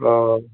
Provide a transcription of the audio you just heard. आओर